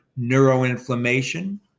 neuroinflammation